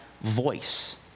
voice